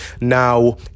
now